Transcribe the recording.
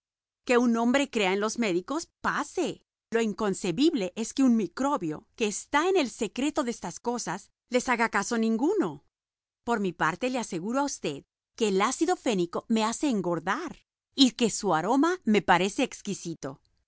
que un hombre crea en los médicos pase lo inconcebible es que un microbio que está en el secreto de estas cosas les haga caso ninguno por mi parte le aseguro a usted que el ácido fénico me hace engordar y que su aroma me parece exquisito